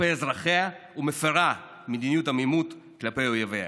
כלפי אזרחיה, ומפירה מדיניות עמימות כלפי אויביה?